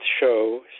show